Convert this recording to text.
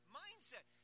mindset